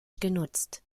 genutzt